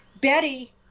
Betty